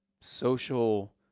social